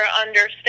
understand